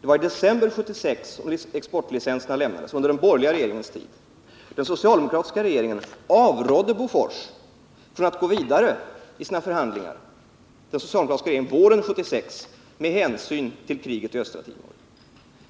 Det var i december 1976 som exportlicenserna lämnades — under den borgerliga regeringens tid. Den socialdemokratiska regeringen avrådde våren 1976 Bofors från att gå vidare i sina förhandlingar med hänsyn till kriget i Östra Timor.